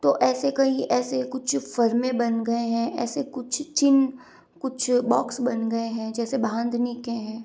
तो ऐसे कई ऐसे कुछ फ़रमे बन गए हैं ऐसे कुछ चिन्ह कुछ बॉक्स बन गए हैं जैसे बांधनी के हैं